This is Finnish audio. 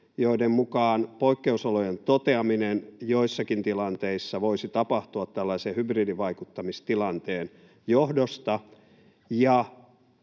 joiden mukaan poikkeusolojen toteaminen joissakin tilanteissa voisi tapahtua tällaisen hybridivaikuttamistilanteen johdosta,